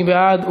מי בעד?